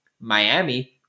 Miami